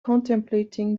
contemplating